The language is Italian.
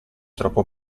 troppo